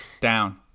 Down